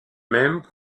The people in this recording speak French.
même